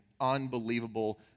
unbelievable